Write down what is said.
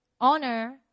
honor